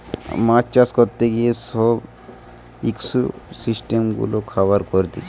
মাছ চাষ করতে গিয়ে সব ইকোসিস্টেম গুলা খারাব করতিছে